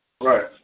Right